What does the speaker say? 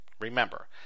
remember